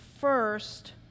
first